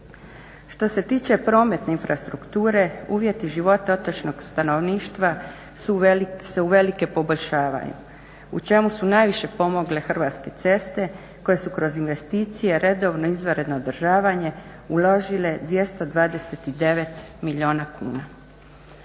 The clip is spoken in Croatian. Što se tiče prometne infrastrukture uvjeti života otočnog stanovništva se uvelike poboljšavaju u čemu su najviše pomogle Hrvatske ceste koje su kroz investicije, redovno, izvanredno održavanje uložile 229 milijuna kuna.